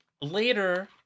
later